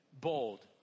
bold